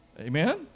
Amen